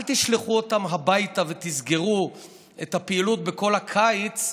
אל תשלחו אותן הביתה ותסגרו את הפעילות בכל הקיץ.